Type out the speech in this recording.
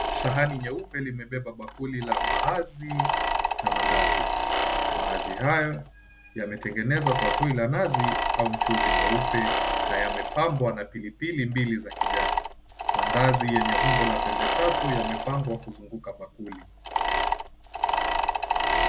Sahani nyeupe imebeba bakuli ya mbaazi na maandazi. Maandazi hayo yametengenezwa kwa tui la nazi au mchuuzi mweupe na yamepambwa na pilipili mbili za kijani. Maandazi yenye umbo la pembe tatu yamepangwa kuzunguka bakuli.